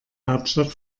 hauptstadt